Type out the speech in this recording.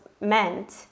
meant